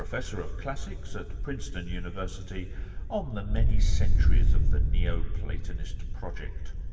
professor of classics at princeton university on the many centuries of the neo-platonist project,